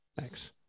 thanks